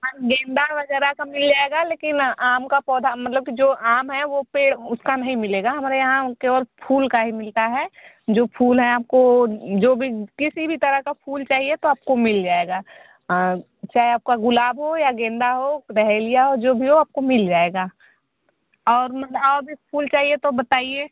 हाँ डेंबार वगैरह का मिल जाएगा लेकिन आम का पौधा मतलब कि जो आम है वह पेड़ उसका नहीं मिलेगा मने यहाँ केवल फूल का ही मिलता है जो फूल है आपको जो भी किसी भी तरह का फूल चाहिए तो आपको मिल जाएगा चाहे आपका गुलाब हो या गेंदा हो बहेलिया हो जो भी आपको मिल जाएगा और मतल और भी फूल चाहिए तो बताईए